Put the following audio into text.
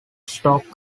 stock